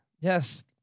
Yes